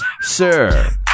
Sir